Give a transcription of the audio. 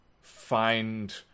find